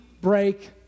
break